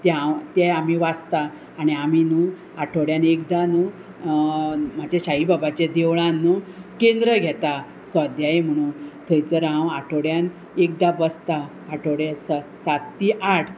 तें हांव तें आमी वाचता आनी आमी न्हू आठवड्यान एकदां न्हू म्हाज्या शाई बाबाचें देवळान न्हू केंद्र घेता सोध्यायी म्हणून थंयचर हांव आठवड्यान एकदां बसतां आठवडे सात ती आठ